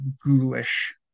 ghoulish